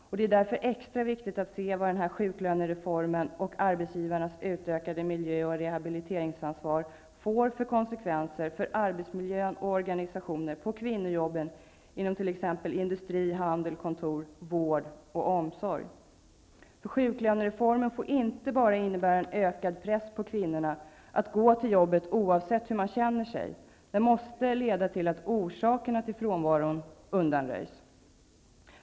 Därför är det extra viktigt att se vad sjuklönereformen och arbetsgivarnas utökade miljö och rehabiliteringsansvar får för konsekvenser för arbetsmiljön och organisationen när det gäller kvinnojobben inom t.ex. industri, handel, kontor, vård och omsorg. Sjuklönereformen får inte bara innebära en ökad press på kvinnorna att gå till jobbet oavsett hur man känner sig. Det måste leda till att orsakerna till frånvaron undanröjs.